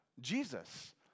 Jesus